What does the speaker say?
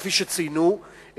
כפי שציינו,